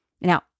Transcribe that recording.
Now